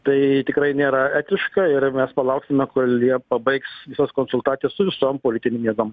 tai tikrai nėra etiška ir mes palauksime kol jie pabaigs visas konsultacijas su visom politinėm jėgom